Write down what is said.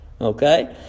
Okay